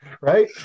right